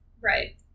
Right